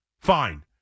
Fine